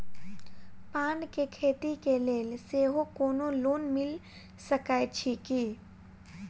पान केँ खेती केँ लेल सेहो कोनो लोन मिल सकै छी की?